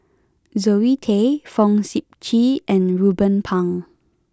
Zoe Tay Fong Sip Chee and Ruben Pang